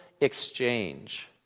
exchange